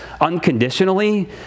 unconditionally